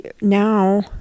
Now